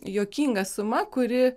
juokinga suma kuri